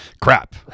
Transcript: crap